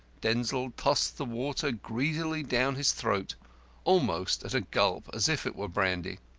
denzil tossed the water greedily down his throat almost at a gulp, as if it were brandy.